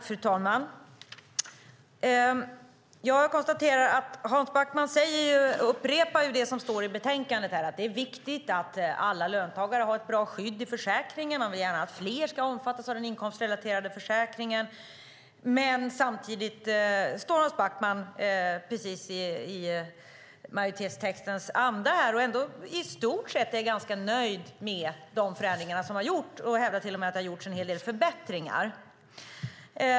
Fru talman! Jag konstaterar att Hans Backman upprepar det som står i betänkandet om att det är viktigt att alla löntagare har ett bra skydd i försäkringen. Man vill gärna att fler ska omfattas av den inkomstrelaterade försäkringen, men samtidigt står Hans Backman precis i majoritetstextens anda här och är i stort sett ganska nöjd med de förändringar som har gjorts. Han hävdar till och med att det har gjorts en hel del förbättringar.